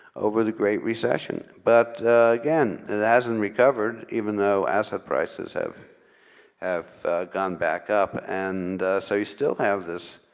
over the great recession. but again, it hasn't recovered even though asset prices have have gone back up. and so you still have this